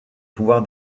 pouvoir